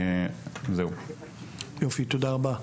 תודה רבה,